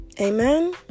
Amen